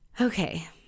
Okay